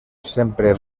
sempre